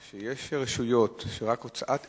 יש רשויות שרק הוצאת היתר,